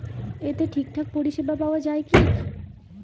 এতে ঠিকঠাক পরিষেবা পাওয়া য়ায় কি?